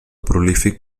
prolífic